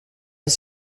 ist